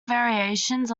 variations